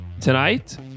tonight